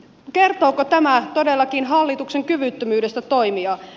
kertooko tämä todellakin hallituksen kyvyttömyydestä toimia